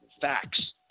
Facts